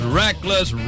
reckless